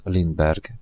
Lindberg